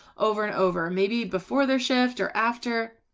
over and over maybe before their shift or after.